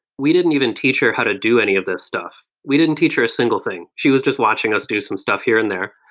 we didn't even teach her how to do any of this stuff. we didn't teach her a single thing. she was just watching us do some stuff here and there.